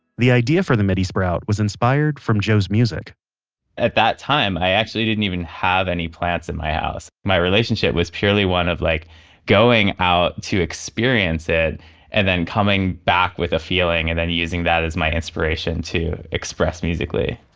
the idea for the midi sprout was inspired from joe's music at that time i actually didn't even have any plants in my house. my relationship with purely one of like going out to experience it and then coming back with a feeling and then using that as my inspiration to express musically